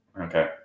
Okay